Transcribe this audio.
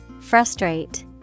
Frustrate